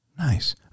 Nice